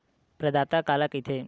प्रदाता काला कइथे?